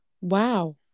wow